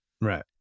Right